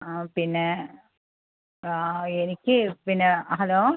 ആ പിന്നെ ആ എനിക്ക് പിന്നെ ഹലോ